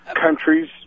countries